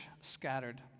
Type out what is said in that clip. scattered